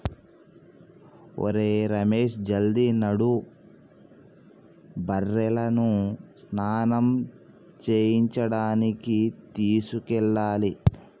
ఒరేయ్ రమేష్ జల్ది నడు బర్రెలను స్నానం చేయించడానికి తీసుకెళ్లాలి